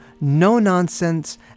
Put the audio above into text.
no-nonsense